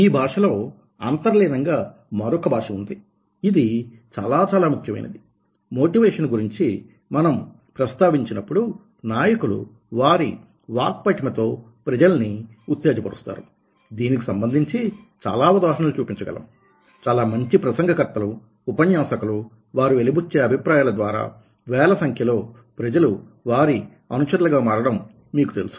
ఈ భాషలో అంతర్లీనంగా మరొక భాష ఉంది ఇది చాలా చాలా ముఖ్యమైనది మోటివేషన్ గురించి మనం ప్రస్తావించినప్పుడు నాయకులు వారి వాక్పటిమతో ప్రజలని ఉత్తేజపరుస్తారు దీనికి సంబంధించి చాలా ఉదాహరణలు చూపించగలం చాలా మంచి ప్రసంగ కర్తలు ఉపన్యాసకులు వారు వెలిబుచ్చే అభిప్రాయాల ద్వారా వేల సంఖ్యలో ప్రజలు వారి అనుచరులుగా మారడం మీకు తెలుసు